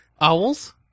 owls